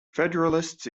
federalists